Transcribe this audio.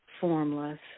formless